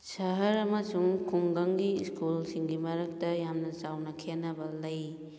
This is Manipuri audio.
ꯁꯍꯔ ꯑꯃꯁꯨꯡ ꯈꯨꯡꯒꯪꯒꯤ ꯁ꯭ꯀꯨꯜꯁꯤꯡꯒꯤ ꯃꯔꯛꯇ ꯌꯥꯝꯅ ꯆꯥꯎꯅ ꯈꯦꯅꯕ ꯂꯩ